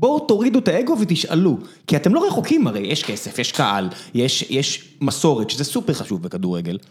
בואו תורידו את האגו ותשאלו. כי אתם לא רחוקים הרי, יש כסף, יש קהל, יש מסורת שזה סופר חשוב בכדורגל.